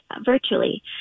virtually